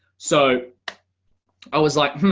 so i was like, hmm,